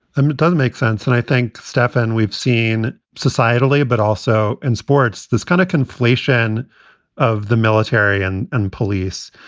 i mean, it does make sense. and i think, stefan, we've seen societally, but also in sports, this kind of conflation of the military and and police,